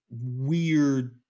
weird